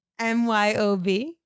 MYOB